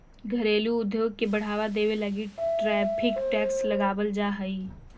घरेलू उद्योग के बढ़ावा देवे लगी टैरिफ टैक्स लगावाल जा हई